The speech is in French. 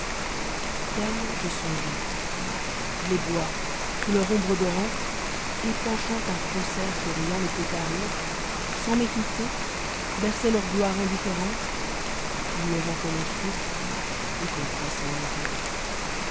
te je songeais les bois sous leur ombre odorante épanchant un concert que rien ne peut tarir sans m'écouter berçaient leur gloire indiuéreate ignorant que l'on souffre et qu'on puisse en mourir